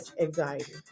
anxiety